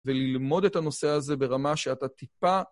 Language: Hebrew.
וללמוד את הנושא הזה ברמה שאתה טיפה.